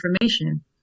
information